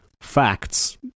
facts